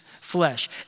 flesh